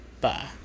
Bye